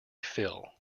phil